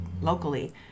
locally